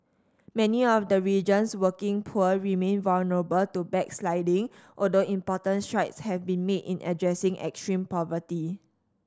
many of the region's working poor remain vulnerable to backsliding although important strides have been made in addressing extreme poverty